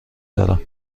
دارم